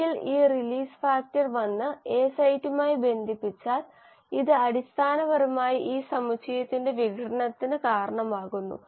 ഒരിക്കൽ ഈ release factor വന്ന് എ സൈറ്റുമായി ബന്ധിപ്പിച്ചാൽ ഇത് അടിസ്ഥാനപരമായി ഈ സമുച്ചയത്തിന്റെ വിഘടനത്തിന് കാരണമാകുന്നു